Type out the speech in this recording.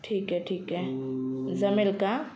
ठीक आहे ठीक आहे जमेल का